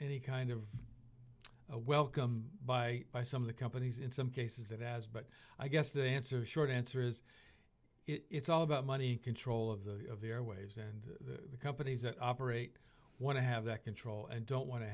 any kind of a welcome by by some of the companies in some cases that has but i guess the answer short answer is it's all about money control of the airwaves and the companies that operate want to have that control and don't want to